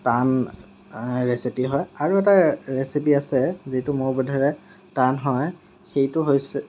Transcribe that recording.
টান ৰেচিপি হয় আৰু এটা ৰেচিপি আছে যিটো মোৰ বোধেৰে টান হয় সেইটো হৈছে